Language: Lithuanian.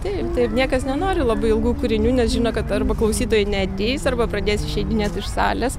taip taip niekas nenori labai ilgų kūrinių nes žino kad arba klausytojai neateis arba pradės išeidinėt iš salės